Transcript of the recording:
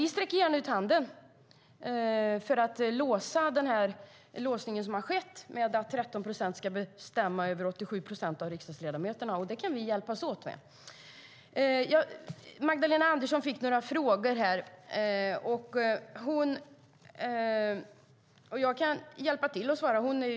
Vi sträcker gärna ut handen för att låsa upp den situation som råder, där 13 procent av riksdagsledamöterna ska bestämma över 87 procent. Det kan vi hjälpas åt med. Magdalena Andersson fick några frågor. Jag kan hjälpa till att svara på dem.